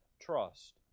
trust